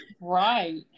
right